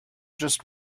just